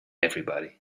everybody